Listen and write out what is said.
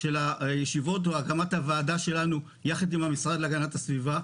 של הישיבות והקמת הוועדה שלנו יחד עם המשרד להגנת הסביבה,